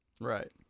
Right